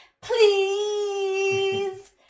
please